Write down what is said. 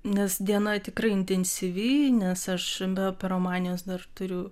nes diena tikrai intensyvi nes aš be operomanijos dar turiu